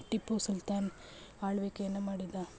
ಟಿಪ್ಪು ಸುಲ್ತಾನ್ ಆಳ್ವಿಕೆಯನ್ನು ಮಾಡಿದ